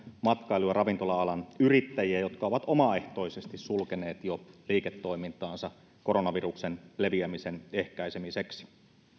matkailu ja ravintola alan yrittäjiä jotka ovat omaehtoisesti jo sulkeneet liiketoimintaansa koronaviruksen leviämisen ehkäisemiseksi